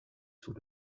sous